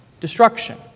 destruction